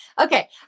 Okay